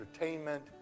entertainment